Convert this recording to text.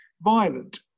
violent